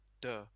duh